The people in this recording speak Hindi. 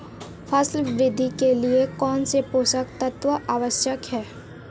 फसल वृद्धि के लिए कौनसे पोषक तत्व आवश्यक हैं?